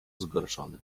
zgorszony